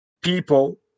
people